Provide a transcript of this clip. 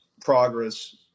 progress